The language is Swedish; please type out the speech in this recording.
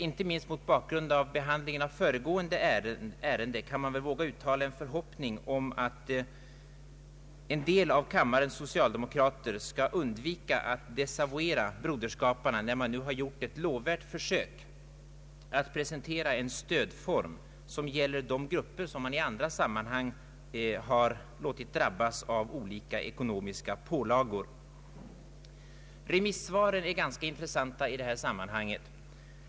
Inte minst mot bakgrund av behandlingen av föregående ärende kan man dock måhända våga uttala en förhoppning om att en del av kammarens socialdemokrater skall undvika att desavuera Broderskapsrörelsen, när den nu har gjort ett lovvärt försök att presentera en stödform som gäller de grupper som man i andra sammanhang har låtit drabbas av olika ekonomiska pålagor. Remissvaren är ganska intressanta i detta sammanhang.